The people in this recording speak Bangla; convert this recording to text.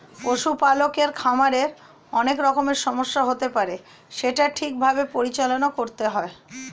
পশু পালকের খামারে অনেক রকমের সমস্যা হতে পারে সেটা ঠিক ভাবে পরিচালনা করতে হয়